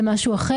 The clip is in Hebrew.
זה משהו אחר.